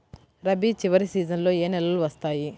రబీ చివరి సీజన్లో ఏ నెలలు వస్తాయి?